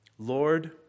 Lord